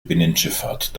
binnenschifffahrt